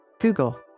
Google